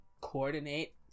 coordinate